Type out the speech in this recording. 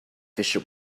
fissure